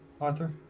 Arthur